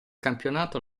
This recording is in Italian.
campionato